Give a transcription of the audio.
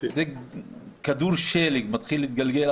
כדור שלג שמתחיל להתגלגל,